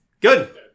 Good